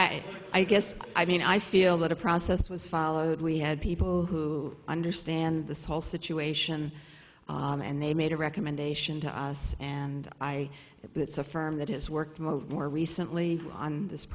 king i guess i mean i feel that a process was followed we had people who understand this whole situation and they made a recommendation to us and i that that's a firm that has worked move more recently on this